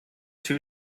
two